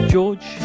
George